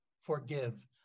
forgive